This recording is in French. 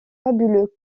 fabuleux